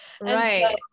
right